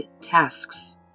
tasks